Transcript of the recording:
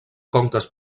conques